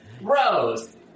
Rose